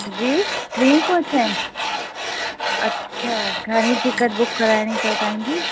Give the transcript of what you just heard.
जी टी खां छह अच्छा घणी टिकट बुक कराइणी अथव तव्हांजी